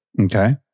Okay